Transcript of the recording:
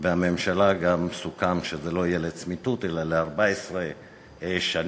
והממשלה גם סוכם שזה לא יהיה לצמיתות אלא ל-14 שנים,